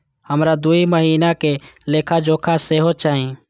हमरा दूय महीना के लेखा जोखा सेहो चाही